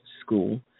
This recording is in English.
school